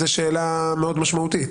זו שאלה מאוד משמעותית.